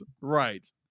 Right